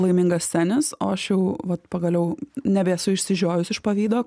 laimingascenis o aš jau vat nebesu išsižiojus iš pavydo